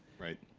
right?